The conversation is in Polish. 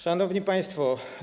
Szanowni Państwo!